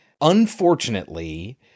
Unfortunately